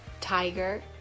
Tiger